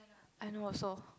I know also